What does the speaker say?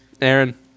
Aaron